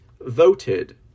voted